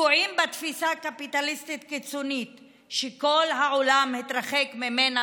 תקועים בתפיסה קפיטליסטית קיצונית שכל העולם התרחק ממנה